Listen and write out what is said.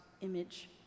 image